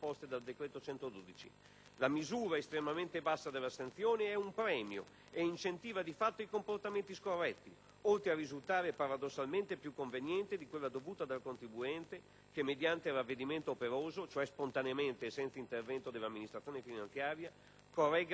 la misura estremamente bassa della sanzione è un premio, e incentiva di fatto i comportamenti scorretti, oltre a risultare paradossalmente più conveniente di quella dovuta dal contribuente che, mediante ravvedimento operoso, cioè spontaneamente e senza intervento dell'amministrazione finanziaria, corregga la propria dichiarazione fiscale.